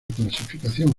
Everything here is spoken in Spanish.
clasificación